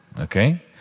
Okay